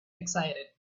excited